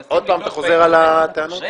עוד פעם אתה חוזר על הטענות?